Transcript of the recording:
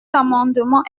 amendement